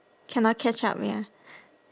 cannot catch up ya